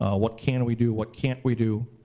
ah what can we do, what can't we do.